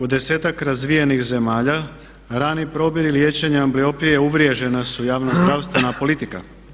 U 10-ak razvijenih zemalja rani probir i liječenje ambliopije uvriježena su javno zdravstvena politika.